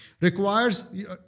requires